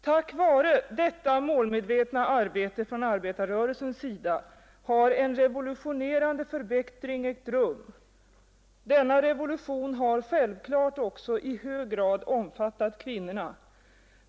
Tack vare detta målmedvetna arbete från arbetarrörelsens sida har en revolutionerande förbättring ägt rum. Denna revolution har självklart också i hög grad omfattat kvinnorna.